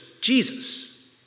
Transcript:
Jesus